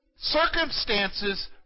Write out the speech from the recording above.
Circumstances